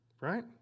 Right